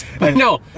No